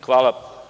Hvala.